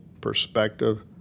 perspective